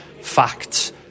facts